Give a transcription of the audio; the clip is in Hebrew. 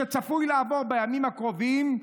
"שצפוי לעבור בימים הקרובים,